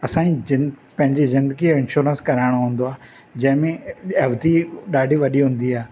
असां जी पंहिंजी ज़िंदगीअ जो इंशोरन्स कराइणो हूंदो आहे जंहिं में अवधि ॾाढी वॾी हूंदी आहे